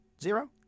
Zero